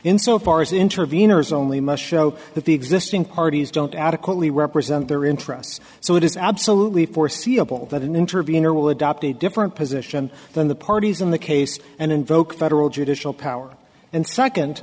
so far as intervenors only must show that the existing parties don't adequately represent their interests so it is absolutely foreseeable that in intervenor will adopt a different position than the parties in the case and invoked federal judicial power and second